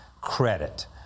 credit